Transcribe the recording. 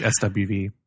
swv